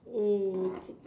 um